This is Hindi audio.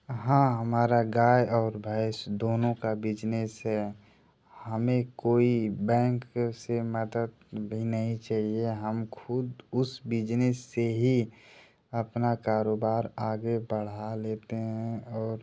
हाँ हमारा गाय और भैंस दोनों का बिजनेस है हमें कोई बैंक से मदद भी नहीं चाहिए हम खुद उस बिजनेस से ही अपना कारोबार आगे बढ़ा लेते हैं और